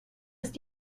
ist